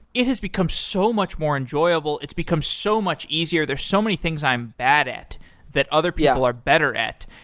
it has become so much more enjoyable. it's become so much easier. there are so many things i'm bad at that other people are better it.